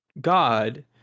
God